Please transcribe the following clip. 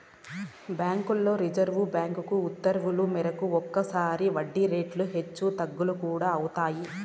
బ్యాంకుల్లో reserve bank ఉత్తర్వుల మేరకు ఒక్కోసారి వడ్డీ రేట్లు హెచ్చు తగ్గులు కూడా అవుతాయి